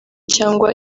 cyangwa